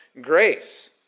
grace